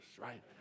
Right